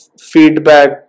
feedback